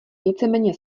víceméně